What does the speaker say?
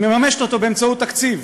היא מממשת אותה באמצעות תקציב